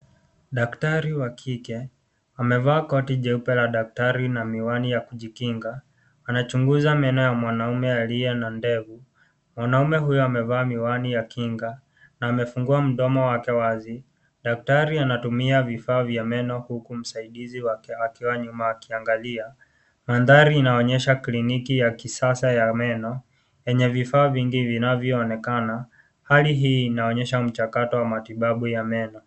Daktari wa kike amevaa koti jeupe na miwani ya kujikinga anachunguza meno ya mwanaume aliye na ndevu. Mwanaume huyu amevaa miwani ya kinga na amefungua mdomo wake wazi. Daktari anatumia vifaa vya meno kumsaidia msaidizi wake akiwa nyuma akiangalia . Mandhari inaonyesha kliniki ya kisasa ya meno yenye vifaa vingi vinavyoonekana , Hali hii inaonyesha mchakato wa matibabu ya meno.